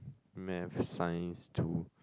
maths science two